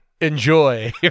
Enjoy